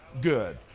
good